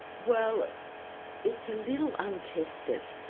well it's a little untested.